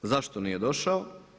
Zašto nije došao?